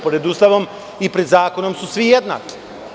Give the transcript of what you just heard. Pred Ustavom i pred zakonom su svi jednaki.